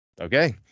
Okay